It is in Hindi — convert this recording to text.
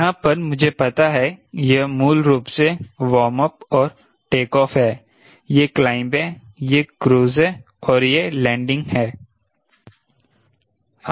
यहाँ पर मुझे पता है यह मूल रूप से वार्म अप और टेकऑफ़ है यह क्लाइंब है यह क्रूज़ है और यह लैंडिंग है